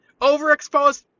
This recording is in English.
Overexposed